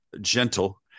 gentle